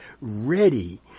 ready